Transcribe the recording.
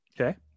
Okay